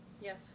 Yes